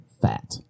fat